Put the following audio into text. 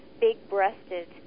big-breasted